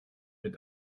mit